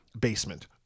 basement